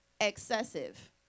excessive